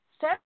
Set